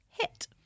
hit